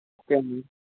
okay అండి